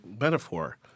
metaphor